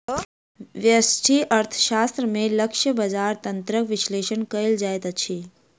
व्यष्टि अर्थशास्त्र में लक्ष्य बजार तंत्रक विश्लेषण कयल जाइत अछि